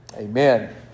Amen